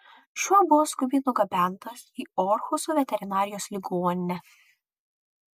šuo buvo skubiai nugabentas į orhuso veterinarijos ligoninę